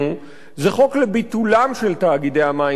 זה חוק לביטולם של תאגידי המים והביוב,